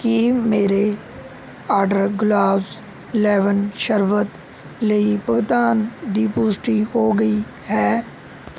ਕੀ ਮੇਰੇ ਔਡਰ ਗੁਲਾਬਜ਼ ਲੈਮਨ ਸ਼ਰਬਤ ਲਈ ਭੁਗਤਾਨ ਦੀ ਪੁਸ਼ਟੀ ਹੋ ਗਈ ਹੈ